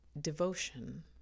devotion